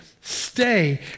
stay